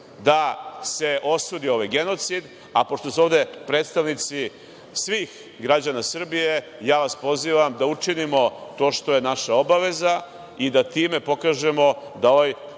da se osudi ovaj genocid, a pošto su ovde predstavnici svih građana Srbije, pozivam vas da učinimo to što je naša obaveza, i da time pokažemo da ovaj